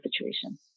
situation